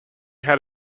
had